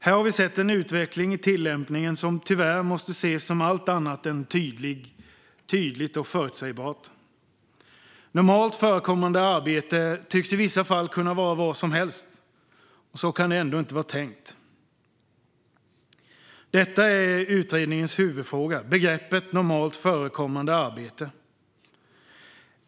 Här har vi sett en utveckling i tillämpningen som tyvärr måste ses som allt annat än tydlig och förutsägbar. Normalt förekommande arbete tycks i vissa fall kunna vara vad som helst, och så kan det ändå inte ha varit tänkt. Begreppet normalt förekommande arbete är utredningens huvudfråga.